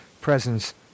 presence